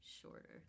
shorter